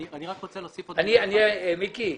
מיקי,